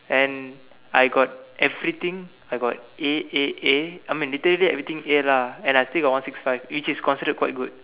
and I got everything I got A A A I mean literally everything A lah and I got one six five which is considered quite good